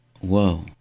whoa